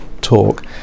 talk